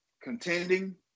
contending